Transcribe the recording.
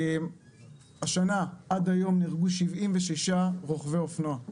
השנה עד היום נהרגו 76 רוכבי אופנוע,